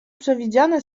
przewidziane